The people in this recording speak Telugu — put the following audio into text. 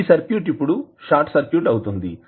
ఈ సర్క్యూట్ ఇప్పుడు షార్ట్ సర్క్యూట్ అవుతుంది